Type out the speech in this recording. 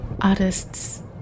artists